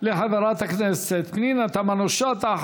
תודה לחברת הכנסת פנינה תמנו-שטה.